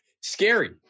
scary